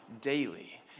daily